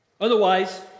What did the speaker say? Otherwise